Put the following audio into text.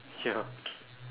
ya